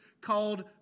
called